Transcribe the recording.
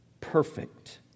perfect